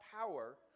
power